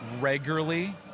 regularly